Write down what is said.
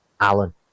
Alan